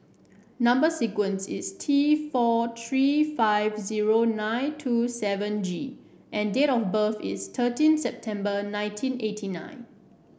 number sequence is T four three five zero nine two seven G and date of birth is thirteen September nineteen eighty nine